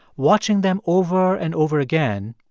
watching them over and over again,